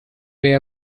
way